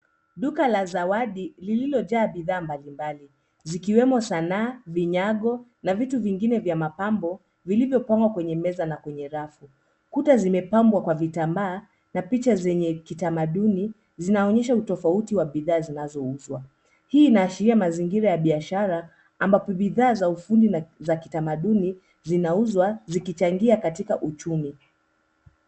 Duka la zawadi lililojaa bidhaa mbalimbali zikiwemo sanaa, vinyago na vitu vingine vya mapambo vilivyopangwa kwenye meza na kwenye rafu. Kuta zimepambwa kwa vitambaa na picha zenye kitamaduni zinaonyesha utofauti wa bidhaa zinazouzwa. Hii inaashiria mazingira ya biashara ambapo bidhaa za ufundi na za kitamaduni zinauzwa zikichangia katika uchumi.